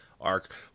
arc